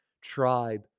tribe